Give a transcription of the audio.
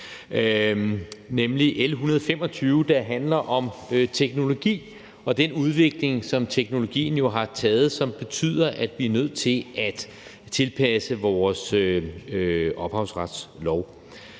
nemlig L 125, der handler om teknologi og den udvikling, som teknologien har taget, som betyder, at vi er nødt til at tilpasse vores ophavsretslov.